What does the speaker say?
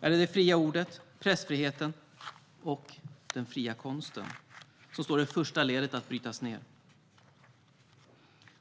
är det det fria ordet, pressfriheten och den fria konsten som står i första ledet att brytas ned.